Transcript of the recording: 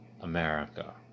America